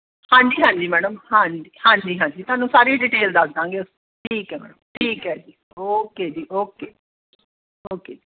ਹਾਂਜੀ ਹਾਂਜੀ ਮੈਡਮ ਹਾਂਜੀ ਹਾਂਜੀ ਹਾਂਜੀ ਤੁਹਾਨੂੰ ਸਾਰੀ ਡਿਟੇਲ ਦੱਸ ਦੇਵਾਂਗੇ ਠੀਕ ਹੈ ਮੈਡਮ ਠੀਕ ਹੈ ਜੀ ਓਕੇ ਜੀ ਓਕੇ ਓਕੇ